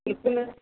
बेखौनो